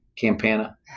Campana